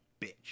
bitch